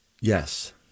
Yes